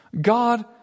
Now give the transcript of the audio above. God